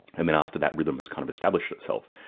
and then after that rhythm has kind of established itself,